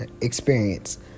experience